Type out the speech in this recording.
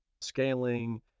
scaling